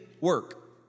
work